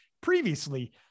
previously